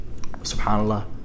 subhanAllah